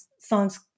songs